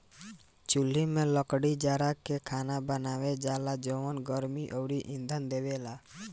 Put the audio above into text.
चुल्हि में लकड़ी जारा के खाना बनावल जाला जवन गर्मी अउरी इंधन देवेला